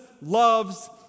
loves